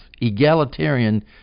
egalitarian